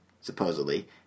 supposedly